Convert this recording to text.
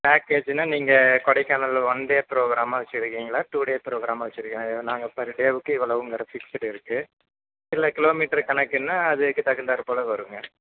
பேக்கேஜுனா நீங்கள் Kodaikanal one day ப்ரோகிராமாக வச்சிருக்கீங்களா டூ டே ப்ரோகிராமாக வச்சிருக்கீங்களா நாங்கள் பர் டேவுக்கு இவ்வளோவுங்கிற ஃபிக்ஸ்டு இருக்குது இல்லை கிலோ மீட்டரு கணக்குன்னா அதுக்கு தகுந்தார் போல் வருங்க